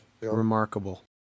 Remarkable